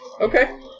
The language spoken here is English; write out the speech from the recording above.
Okay